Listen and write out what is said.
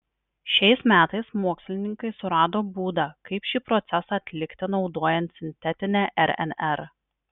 šiais metais mokslininkai surado būdą kaip šį procesą atlikti naudojant sintetinę rnr